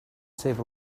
save